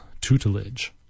Tutelage